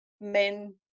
men